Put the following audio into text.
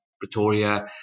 Pretoria